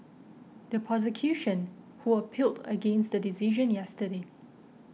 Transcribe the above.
the prosecution who appealed against the decision yesterday